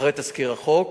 אחרי תזכיר החוק,